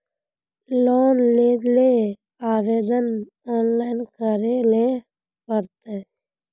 Loan लेले आवेदन online करे ले पड़ते?